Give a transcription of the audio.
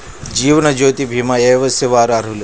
జీవనజ్యోతి భీమా ఏ వయస్సు వారు అర్హులు?